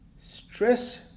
stress